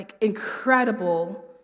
incredible